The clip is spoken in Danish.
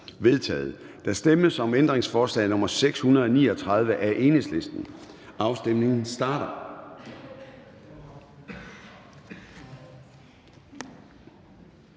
vedtaget. Der stemmes om ændringsforslag nr. 575 af finansministeren. Afstemningen starter.